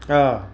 অঁ